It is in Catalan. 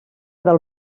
del